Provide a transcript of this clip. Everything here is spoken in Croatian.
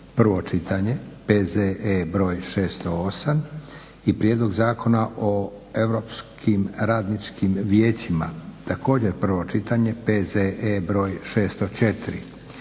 prvo čitanje, P.Z.E. br. 608; - Prijedlog Zakona o Europskim radničkim vijećima, prvo čitanje, P.Z.E. br. 604